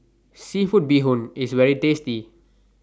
Seafood Bee Hoon IS very tasty